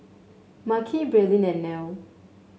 Makhi Braelyn and Nelle